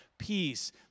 Peace